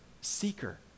seeker